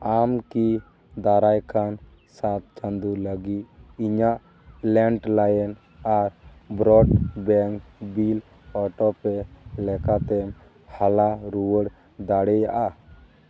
ᱟᱢ ᱠᱤ ᱫᱟᱨᱟᱭ ᱠᱟᱱ ᱥᱟᱛ ᱪᱟᱸᱫᱳ ᱞᱟᱹᱜᱤᱫ ᱤᱧᱟᱹᱜ ᱞᱮᱱᱰᱞᱟᱭᱮᱱ ᱟᱨ ᱵᱨᱚᱰᱵᱮᱱᱰ ᱵᱤᱞ ᱚᱴᱳᱯᱮ ᱞᱮᱠᱟᱛᱮ ᱦᱟᱞᱟ ᱨᱩᱣᱟᱹᱲ ᱫᱟᱲᱮᱭᱟᱜᱼᱟ